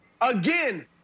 again